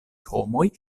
homoj